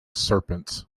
serpents